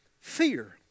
fear